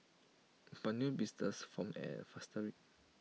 but new blisters form at faster rate